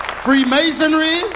Freemasonry